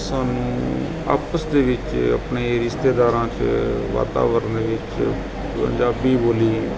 ਸਾਨੂੰ ਆਪਸ ਦੇ ਵਿੱਚ ਆਪਣੇ ਰਿਸ਼ਤੇਦਾਰਾਂ 'ਚ ਵਾਤਾਵਰਨ ਵਿੱਚ ਪੰਜਾਬੀ ਬੋਲੀ